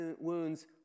wounds